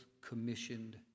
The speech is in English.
commissioned